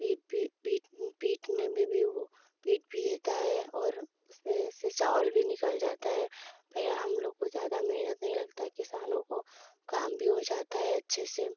पीट पीट पीट पिटने में वो पीट भी देता है और उसमें से चावल भी निकल जाता है फिर हम लोग को ज़्यादा मेहनत भी नहीं लगता है किसानों को काम भी हो जाता है अच्छे से